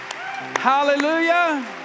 Hallelujah